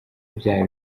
bya